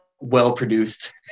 well-produced